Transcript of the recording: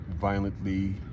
violently